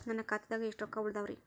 ನನ್ನ ಖಾತೆದಾಗ ಎಷ್ಟ ರೊಕ್ಕಾ ಉಳದಾವ್ರಿ?